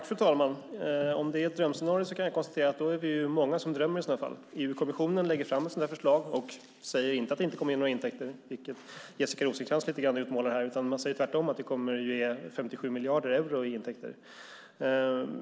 Fru talman! Om det är ett drömscenario kan jag konstatera att vi är många som drömmer. EU-kommissionen lägger fram ett sådant förslag och säger inte att det inte kommer att ge några intäkter, vilket Jessica Rosencrantz utmålar här lite grann, utan man säger tvärtom att det kommer att ge 57 miljarder euro i intäkter.